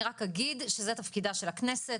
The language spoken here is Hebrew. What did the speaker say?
אני רק אגיד שזה תפקידה של הכנסת,